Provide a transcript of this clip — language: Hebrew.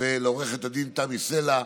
ולעו"ד תמי סלע,